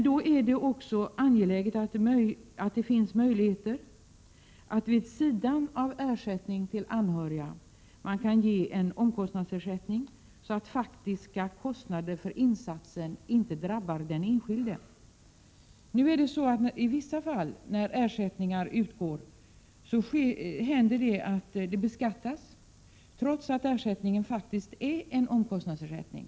Då är det också angeläget att det finns möjligheter att vid sidan av ersättningen till anhöriga ge en omkostnadsersättning, så att faktiska kostnader för insatsen inte drabbar den enskilde. Nu händer det att ersättningen i vissa fall beskattas trots att den faktiskt är en omkostnadsersättning.